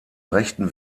rechten